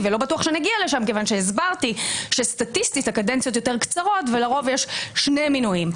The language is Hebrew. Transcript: אני לא חושב שנשיא בית משפט עליון צריך להיות מינוי